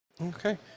Okay